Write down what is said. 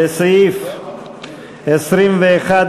לסעיף 21,